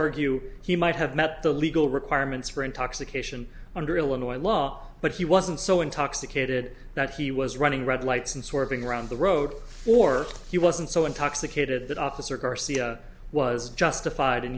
argue he might have met the legal requirements for intoxication under illinois law but he wasn't so intoxicated that he was running red lights and swerving around the road or he wasn't so intoxicated that officer garcia was justified